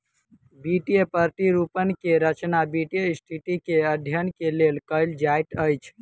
वित्तीय प्रतिरूपण के रचना वित्तीय स्थिति के अध्ययन के लेल कयल जाइत अछि